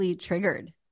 triggered